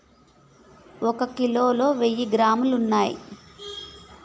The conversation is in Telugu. ఒక కిలోలో వెయ్యి గ్రాములు ఉన్నయ్